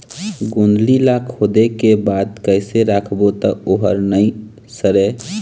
गोंदली ला खोदे के बाद कइसे राखबो त ओहर नई सरे?